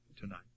tonight